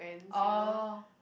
oh